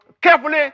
carefully